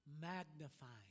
magnifying